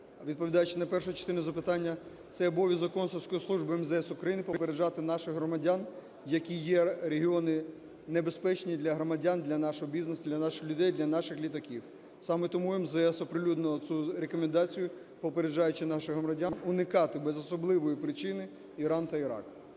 Відповідаючи на першу частину запитання, це обов'язок консульської служби МЗС України – попереджати наших громадян, які є регіони небезпечні для громадян, для нашого бізнесу, для наших людей, для наших літаків. Саме тому МЗС оприлюднило цю рекомендацію, попереджаючи наших громадян уникати без особливої причини Іран та Ірак.